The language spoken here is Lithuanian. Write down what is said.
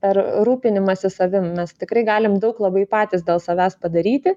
per rūpinimąsi savimi mes tikrai galim daug labai patys dėl savęs padaryti